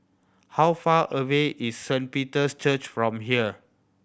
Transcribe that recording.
how far away is Saint Peter's Church from here